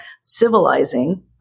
civilizing